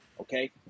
Okay